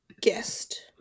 guest